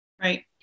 Right